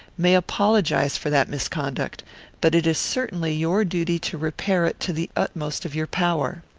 may apologize for that misconduct but it is certainly your duty to repair it to the utmost of your power.